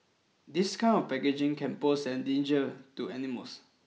this kind of packaging can pose a danger to animals